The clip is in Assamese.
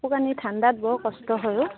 কাপোৰ কানি ঠাণ্ডাত বৰ কষ্ট হয় অ'